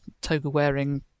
toga-wearing